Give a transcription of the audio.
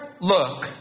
look